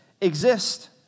exist